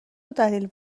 دلیل